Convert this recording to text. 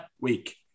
week